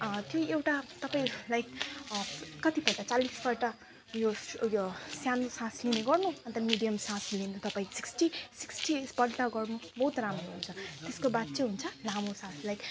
त्यो एउटा तपाईँहरू लाइक कतिपल्ट चालिसपल्ट यो यो सानो सास लिने गर्नु अन्त मिडियम सास लिनु तपाईँले सिक्सटी सिक्सटीपल्ट गर्नु बहुत राम्रो हुन्छ त्यसको बाद चाहिँ हुन्छ लामो सास लाइक